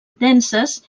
denses